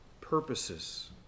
purposes